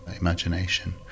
imagination